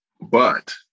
But-